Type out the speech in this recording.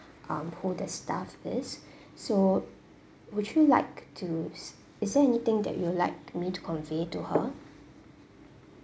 um who the staff is so would you like to is there anything that you would like me to convey to her